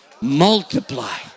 multiply